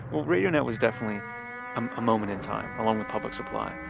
radio net was definitely um a moment in time along with public supply.